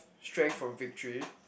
strength from victory